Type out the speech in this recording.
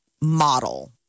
model